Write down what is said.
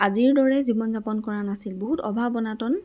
আজিৰ দৰে জীৱন যাপন কৰা নাছিল বহুত অভাৱ অনাটন